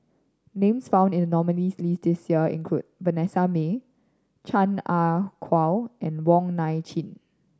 names found in the nominees' list this year include Vanessa Mae Chan Ah Kow and Wong Nai Chin